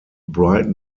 briton